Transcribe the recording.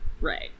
Right